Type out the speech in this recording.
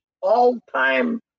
all-time